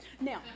Now